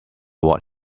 what